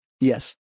yes